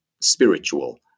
spiritual